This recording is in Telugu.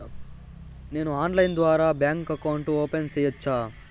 నేను ఆన్లైన్ ద్వారా బ్యాంకు అకౌంట్ ఓపెన్ సేయొచ్చా?